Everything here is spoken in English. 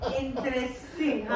interesting